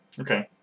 Okay